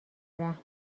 رحم